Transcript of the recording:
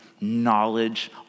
knowledge